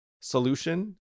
solution